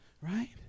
right